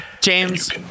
James